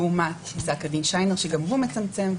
לעומת פס"ק דיינר שגם הוא מצמצם.